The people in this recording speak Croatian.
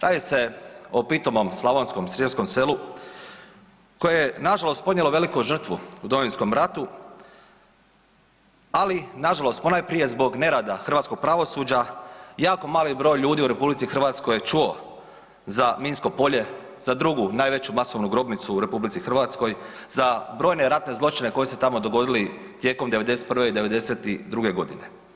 Radi se o pitomom slavonskom srijemskom selu koje je nažalost podnijelo veliku žrtvu u Domovinskom ratu ali nažalost ponajprije zbog nerada hrvatskog pravosuđa, jako mali broj ljudi u RH je čuo za minsko polje, za drug najveću masovnu grobnicu u RH, za brojne ratne zločine koji su se tamo dogodili tijekom '91. i '92. godine.